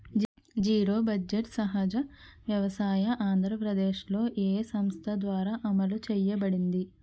Zero budget సహజ వ్యవసాయం ఆంధ్రప్రదేశ్లో, ఏ సంస్థ ద్వారా అమలు చేయబడింది?